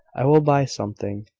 i will buy something,